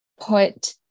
put